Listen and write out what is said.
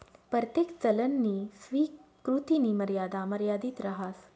परतेक चलननी स्वीकृतीनी मर्यादा मर्यादित रहास